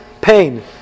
pain